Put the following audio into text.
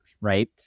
right